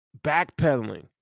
backpedaling